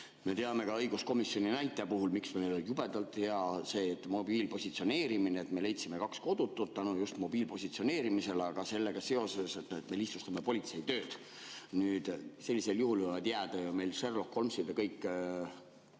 me teame ka õiguskomisjoni näite puhul, miks meil on jubedalt hea see mobiili positsioneerimine. Me leidsime kaks kodutut tänu just mobiili positsioneerimisele, aga sellega seoses me lihtsustame politsei tööd. Sellisel juhul võivad jääda ju meil Sherlock Holmesid kõik